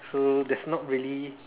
so that's not really